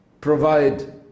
provide